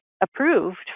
approved